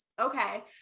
Okay